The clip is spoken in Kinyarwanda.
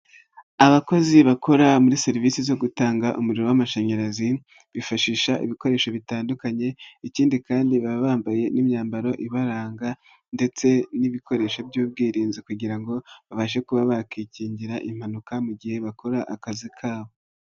Abakozi bakora muri serivisi zo gutanga umuriro w'amashanyarazi, bifashisha ibikoresho bitandukanye, ikindi kandi baba bambaye n'imyambaro ibaranga ndetse n'ibikoresho by'ubwirinzi kugira ngo babashe kuba bakikingira impanuka mu gihe bakora akazi kabo.